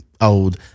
old